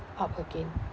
up again